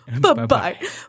Bye-bye